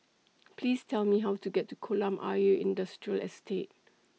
Please Tell Me How to get to Kolam Ayer Industrial Estate